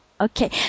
Okay